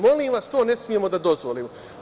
Molim vas, to ne smemo da dozvolimo.